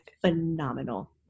phenomenal